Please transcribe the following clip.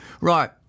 Right